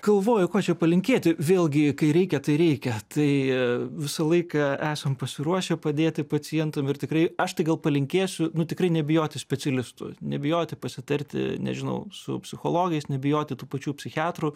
galvoju ko čia palinkėti vėlgi kai reikia tai reikia tai visą laiką esam pasiruošę padėti pacientam ir tikrai aš tai gal palinkėsiu nu tikrai nebijoti specialistų nebijoti pasitarti nežinau su psichologais nebijoti tų pačių psichiatrų